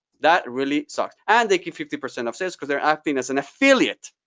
that really sucks, and they keep fifty percent of sales because they're acting as an affiliate.